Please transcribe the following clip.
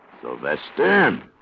Sylvester